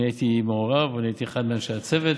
אני הייתי מעורב, הייתי אחד מאנשי הצוות.